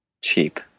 cheap